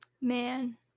Man